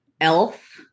Elf